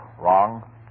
Wrong